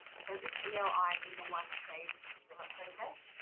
so this eoi is a one-stage procurement process.